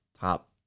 top